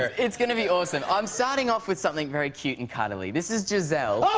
it's gonna be awesome. i'm starting off with something very cute and cuddly. this is giselle. ah